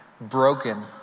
broken